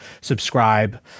subscribe